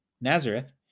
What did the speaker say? Nazareth